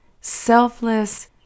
selfless